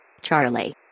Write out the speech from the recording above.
Charlie